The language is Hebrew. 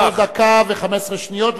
יש לך עוד דקה ו-15 שניות,